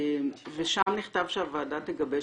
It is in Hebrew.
ושם נכתב שהוועדה תגבש